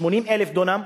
כ-80,000 דונם,